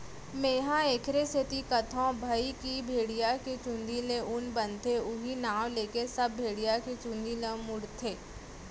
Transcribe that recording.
मेंहा एखरे सेती कथौं भई की भेड़िया के चुंदी ले ऊन बनथे उहीं नांव लेके सब भेड़िया के चुंदी ल मुड़थे